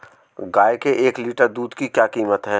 गाय के एक लीटर दूध की क्या कीमत है?